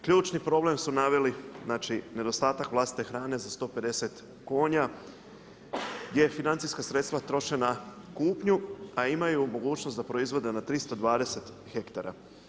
Ključni problem su naveli, znači nedostatak vlastite hrane za 150 konja, gdje financijska sredstva troše na kupnju, a imaju mogućnost da proizvode na 320 hektara.